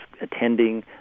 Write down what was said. attending